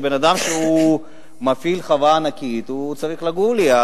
שבן-אדם שמפעיל חווה ענקית צריך לגור ליד,